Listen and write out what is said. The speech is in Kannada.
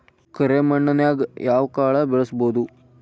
ಕರೆ ಮಣ್ಣನ್ಯಾಗ್ ಯಾವ ಕಾಳ ಬೆಳ್ಸಬೋದು?